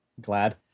glad